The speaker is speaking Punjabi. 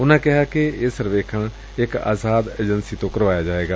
ਉਨੂਾ ਕਿਹਾ ਕਿ ਇਹ ਸਰਵੇਖਣ ਇਕ ਆਜ਼ਾਦ ਏਜੰਸੀ ਤੋਂ ਕਰਵਾਇਆ ਜਾਏਗਾ